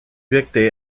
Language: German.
wirkte